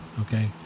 Okay